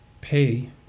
pay